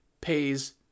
pays